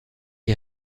est